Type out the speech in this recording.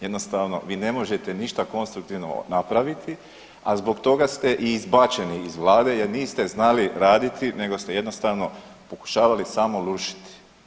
Jednostavno vi ne možete ništa konstruktivno napraviti, a zbog toga ste i izbačeni iz Vlade jer niste znali raditi nego ste jednostavno pokušavali samo rušiti.